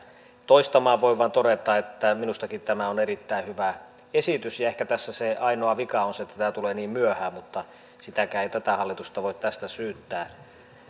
toistamaan voin vain todeta että minustakin tämä on erittäin hyvä esitys ehkä tässä se ainoa vika on se että tämä tulee niin myöhään mutta siitäkään ei tätä hallitusta voi syyttää